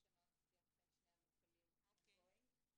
יש שם שיח בין שני המנכ"לים, on going.